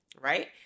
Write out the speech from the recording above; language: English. Right